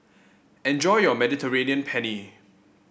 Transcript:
enjoy your Mediterranean Penne